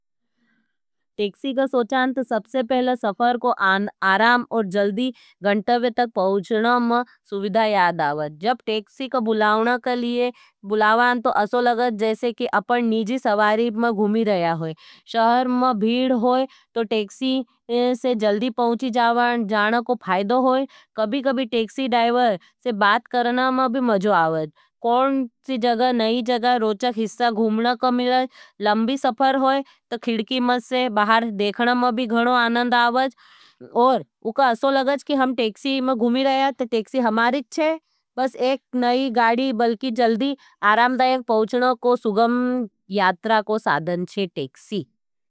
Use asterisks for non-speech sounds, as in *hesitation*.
टेक्सी का सोचान तो सबसे पहले सफर को आराम और जल्दी गंटवे तक पहुँचना में सुविधा याद आवत। जब टेक्सी का बुलावना कलिये बुलावान तो असो लगत जैसे की अपन नीजी सवारी में घूमी रहा होई। शहर में भीड होई तो टेक्सी से जल्दी पहुची जावण-जाना *hesitation* को फाइदो होई। कभी-कभी टेक्सी डाइवर से बात करना में भी मज़ो आवत। कौन सी जगा नई जगा रोचक हिस्सा घूमना का मिल लंबी सफर होई तो खिड़की म से बाहर देखना में भी घणो आनन्द आवत। और उका असो लगत जैसे की हम टेक्सी में घूमी रहा है तो टेक्सी हमारी छ। पस एक नई गाड़ी बल्कि जल्दी आरामदायक पहुचनो को सुगम यात्रा को साधन छे टेक्सी।